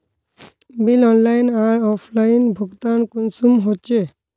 Bill online आर offline भुगतान कुंसम होचे?